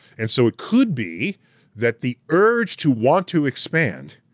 and so it could be that the urge to want to expand